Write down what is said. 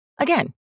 Again